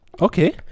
okay